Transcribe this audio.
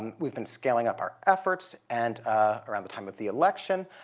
we've been scaling up our efforts. and around the time of the election,